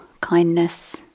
kindness